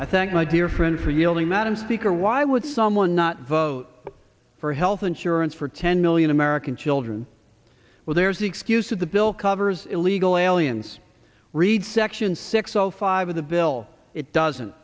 i thank my dear friend for yielding madam speaker why would someone not vote for health insurance for ten million american children well there's the excuse that the bill covers illegal aliens read section six zero five of the bill it doesn't